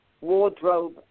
wardrobe